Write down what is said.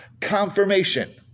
confirmation